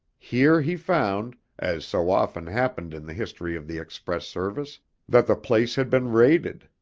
here he found as so often happened in the history of the express service that the place had been raided,